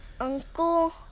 Uncle